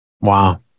Wow